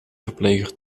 verpleger